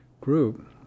group